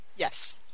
Yes